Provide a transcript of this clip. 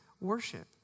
worship